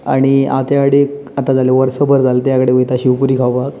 आनी हांव तेज्या कडेन आता जाले वर्स भर जाले वयता शेव पूरी खावपाक